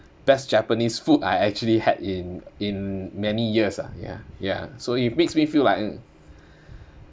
best japanese food I actually had in in many years ah ya ya so it makes me feel like um